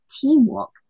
teamwork